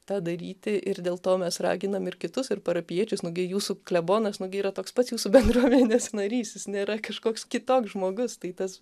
tą daryti ir dėl to mes raginam ir kitus ir parapijiečius nu gi jūsų klebonas nu gi yra toks pats jūsų bendruomenės narys jis nėra kažkoks kitoks žmogus tai tas